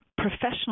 Professional